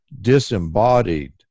disembodied